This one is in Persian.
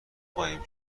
قایم